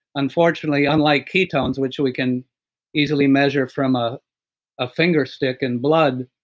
unfortunately, unlike ketones, which we can easily measure from a ah finger stick and blood,